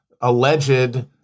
alleged